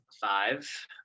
five